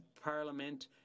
Parliament